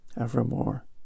evermore